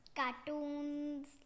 cartoons